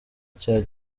cya